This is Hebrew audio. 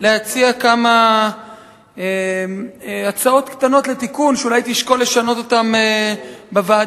להציע כמה הצעות קטנות לתיקון שאולי תשקול לשנות אותן בוועדה,